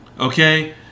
Okay